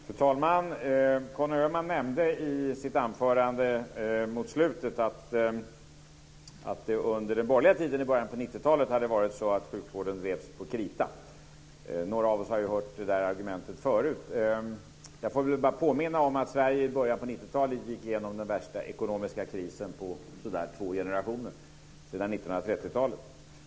Fru talman! Conny Öhman nämnde mot slutet av sitt anförande att det under den borgerliga tiden i början av 90-talet var så att sjukvården drevs på krita. Några av oss har ju hört det där argumentet förut. Jag får väl bara påminna om att Sverige i början av 90 talet gick igenom den värsta ekonomiska krisen på sådär två generationer, sedan 1930-talet.